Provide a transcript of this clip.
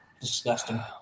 Disgusting